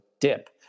dip